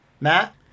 Matt